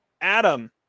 Adam